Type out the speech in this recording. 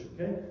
Okay